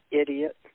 idiot